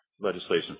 legislation